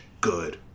good